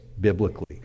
biblically